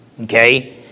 Okay